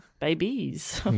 Babies